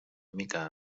mica